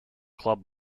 club